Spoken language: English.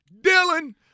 Dylan